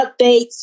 updates